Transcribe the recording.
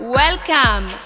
welcome